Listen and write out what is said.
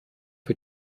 für